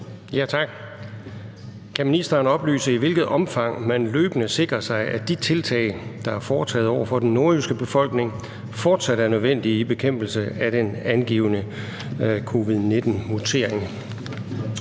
(V): Tak. Kan ministeren oplyse, i hvilket omfang man løbende sikrer sig, at de tiltag, der er foretaget over for den nordjyske befolkning, fortsat er nødvendige i bekæmpelsen af den angivne covid-19-mutering?